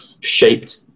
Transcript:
shaped